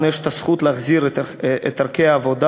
לנו יש הזכות להחזיר את ערכי העבודה,